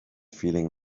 feeling